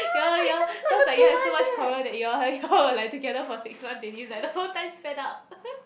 ya lor ya lor sounds like you all have so much quarrels that you all have you all like together for six months already is like the whole time sped up